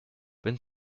wenn